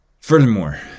Furthermore